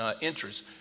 interests